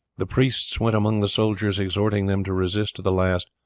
the priests went among the soldiers exhorting them to resist to the last,